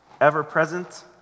ever-present